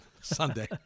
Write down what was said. Sunday